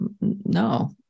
no